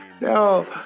No